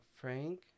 Frank